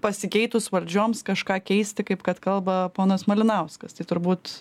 pasikeitus valdžioms kažką keisti kaip kad kalba ponas malinauskas tai turbūt